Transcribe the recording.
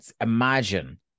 imagine